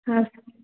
ಹಾಂ ಸರ್